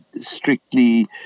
strictly